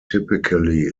typically